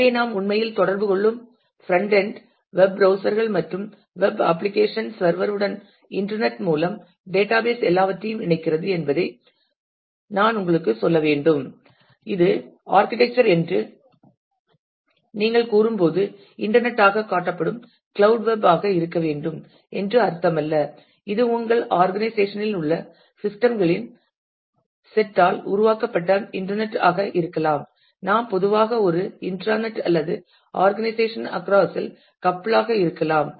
எனவே நாம் உண்மையில் தொடர்பு கொள்ளும் பிரண்ட் எண்ட் வெப் ப்ரௌஸ்சர் கள் மற்றும் வெப் அப்ளிகேஷன் செர்வர் உடன் இன்டர்நெட் மூலம் டேட்டாபேஸ் எல்லாவற்றையும் இணைக்கிறது என்பதை நான் உங்களுக்குச் சொல்ல வேண்டும் இது ஆர்கிடெக்சர் என்று நீங்கள் கூறும்போது இன்டர்நெட் ஆக காட்டப்படும் கிளவுட் வெப் ஆக இருக்க வேண்டும் என்று அர்த்தமல்ல இது உங்கள் ஆர்கனைசேஷன் இல் உள்ள சிஸ்டம் களின் செட் ஆல் உருவாக்கப்பட்ட இன்டர்நெட் ஆக இருக்கலாம் நாம் பொதுவாக ஒரு இன்ட்ராநெட் அல்லது ஆர்கனைசேஷன் அக்கராஸ் இல் கப்பிள் ஆக இருக்கலாம்